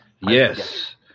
Yes